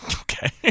Okay